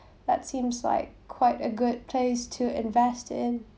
that seems like quite a good place to invest in